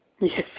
Yes